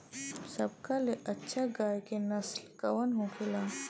सबका ले अच्छा गाय के नस्ल कवन होखेला?